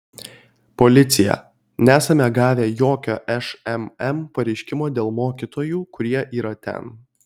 policija nesame gavę jokio šmm pareiškimo dėl mokytojų kurie yra ten